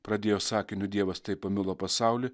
pradėjo sakiniu dievas taip pamilo pasaulį